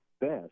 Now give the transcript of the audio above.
best